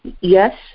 Yes